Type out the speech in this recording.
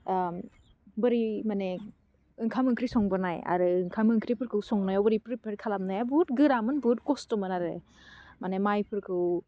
आह बोरै माने ओंखाम ओंख्रि संबोनाय आरो ओंखाम ओंख्रिफोरखौ संनायाव बोरै प्रेपियार खालामनाया बहुद गोरामोन बहुद खस्टमोन आरो माने माइफोरखौ